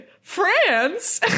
France